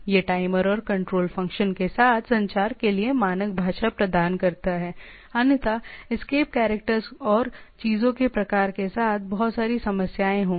यह टाइमर और control function के साथ संचार के लिए मानक भाषा प्रदान करता है अन्यथा एस्केप कैरक्टर्स और चीज़ के प्रकार के साथ बहुत सारी समस्याएं होंगी